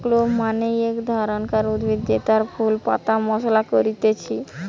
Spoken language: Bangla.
ক্লোভ মানে এক ধরণকার উদ্ভিদ জেতার ফুল পাতা মশলা করতিছে